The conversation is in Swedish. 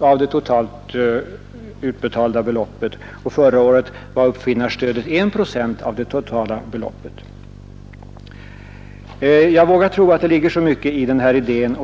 av STU totalt utbetalda beloppet som gick till uppfinnarstöd 0,4 procent. Förra året var uppfinnarstödet 1 procent av det totalt utbetalda beloppet. Jag vill påstå att det ligger mycket av värde i de här anförda tankegångarna.